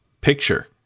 picture